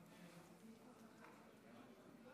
שלוש דקות